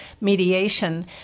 mediation